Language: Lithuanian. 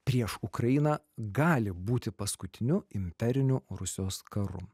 prieš ukrainą gali būti paskutiniu imperiniu rusijos karu